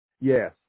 Yes